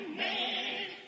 man